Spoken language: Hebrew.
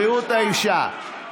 בריאות האישה.